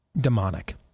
demonic